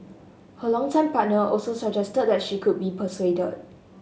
her longtime partner also suggested that she could be persuaded